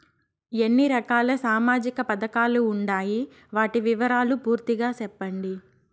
ఎన్ని రకాల సామాజిక పథకాలు ఉండాయి? వాటి వివరాలు పూర్తిగా సెప్పండి?